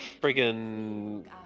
friggin